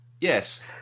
Yes